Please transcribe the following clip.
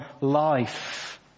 life